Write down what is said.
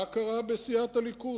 מה קרה בסיעת הליכוד?